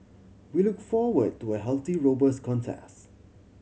we look forward to a healthy robust contest